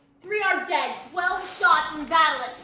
three are dead, twelve shot in battle